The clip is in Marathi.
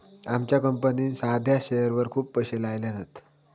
आमच्या कंपनीन साध्या शेअरवर खूप पैशे लायल्यान हत